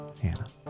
Hannah